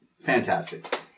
Fantastic